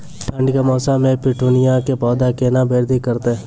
ठंड के मौसम मे पिटूनिया के पौधा केना बृद्धि करतै?